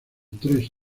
tres